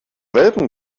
welpen